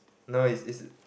no is is